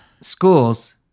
schools